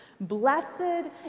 Blessed